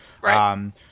Right